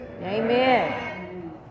Amen